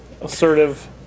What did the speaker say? assertive